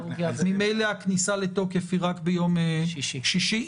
ממילא הכניסה לתוקף היא רק ביום שישי.